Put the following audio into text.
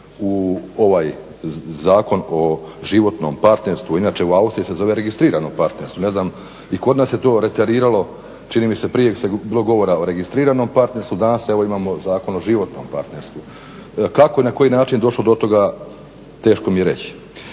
u ovaj Zakon o životnom partnerstvu. Inače u Austriji se zove registrirano partnerstvo, ne znam i kod nas je reteriralo, čini mi se prije je bilo govora o registriranom partnerstvu, danas evo imamo Zakon o životnom partnerstvu. Kako i na koji način je došlo do toga, teško mi je reći.